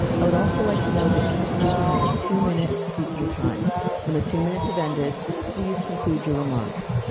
i would also like to note that each speaker has a two-minute speaking time when the two minutes of ended please conclude your remarks.